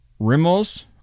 Rimmels